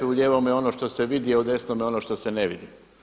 U lijevome je ono što se vidi, u desnome ono što se ne vidi.